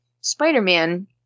Spider-Man